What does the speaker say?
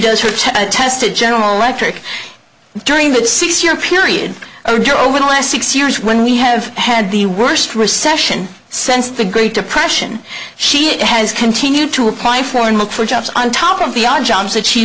does her check tested general electric during that six year period a year over the last six years when we have had the worst recession since the great depression she has continued to apply for and look for jobs on top of the odd jobs that she